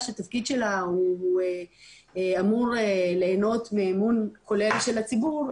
שהתפקיד שלה אמור ליהנות מאמון כולל של הציבור,